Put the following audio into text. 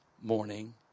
morning